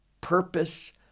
purpose